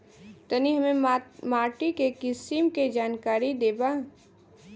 तनि हमें माटी के किसीम के जानकारी देबा?